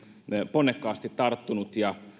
ponnekkaasti tarttunut ja